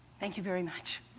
thank you very much.